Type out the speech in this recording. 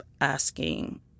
asking